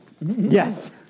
Yes